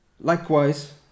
Likewise